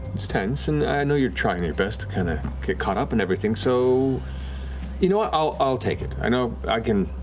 it's tense, and i know you're trying your best to kind of get caught up and everything, so you know what, i'll i'll take it. i know i can.